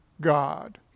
God